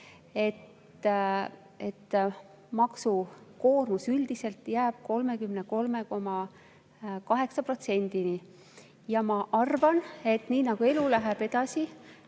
on. Maksukoormus üldiselt jääb 33,8%‑le. Ja ma arvan, et nii nagu elu läheb edasi,